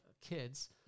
kids